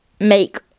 make